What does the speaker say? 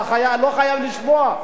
אתה לא חייב לשמוע,